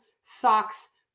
socks